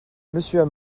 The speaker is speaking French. monsieur